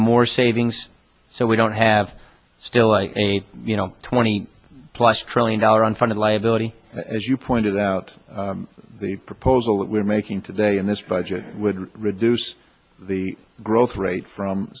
more savings so we don't have still a you know twenty plus trillion dollar unfunded liability as you pointed out the proposal that we're making today in this budget would reduce the growth rate from